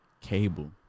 Cable